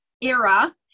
era